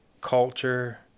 culture